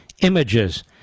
images